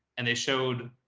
and they showed.